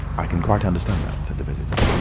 i can quite understand that, said the visitor.